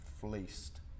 fleeced